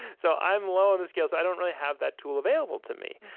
so i'm low on the scale, so i don't really have that tool available to me.